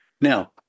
Now